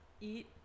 Eat